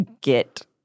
get